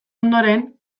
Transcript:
ondoren